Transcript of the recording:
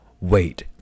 wait